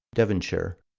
devonshire,